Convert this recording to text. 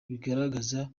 bigaragaza